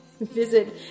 Visit